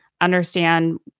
understand